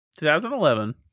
2011